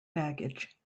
baggage